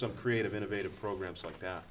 some creative innovative programs like that